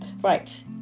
Right